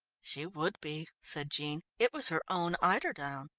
she would be, said jean. it was her own eiderdown!